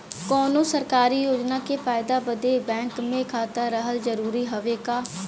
कौनो सरकारी योजना के फायदा बदे बैंक मे खाता रहल जरूरी हवे का?